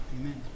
Amen